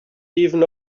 even